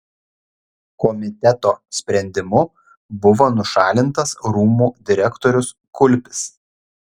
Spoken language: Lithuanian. komiteto sprendimu buvo nušalintas rūmų direktorius kulpis